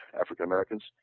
African-Americans